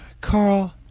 Carl